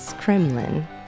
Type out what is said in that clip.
Kremlin